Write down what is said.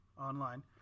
online